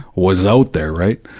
was out there right?